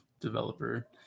developer